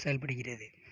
செயல்படுகிறது